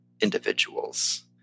individuals